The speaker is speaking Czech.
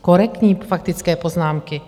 Korektní faktické poznámky.